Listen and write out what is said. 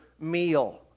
meal